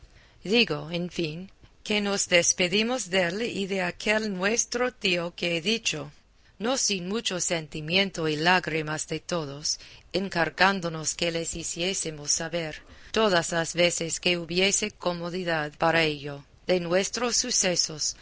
digo en fin que nos despedimos dél y de aquel nuestro tío que he dicho no sin mucho sentimiento y lágrimas de todos encargándonos que les hiciésemos saber todas las veces que hubiese comodidad para ello de nuestros sucesos